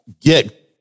get